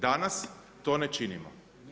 Danas to ne činimo.